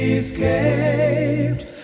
escaped